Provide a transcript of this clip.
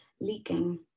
leaking